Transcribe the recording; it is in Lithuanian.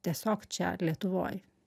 tiesiog čia lietuvoj